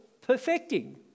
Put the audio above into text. perfecting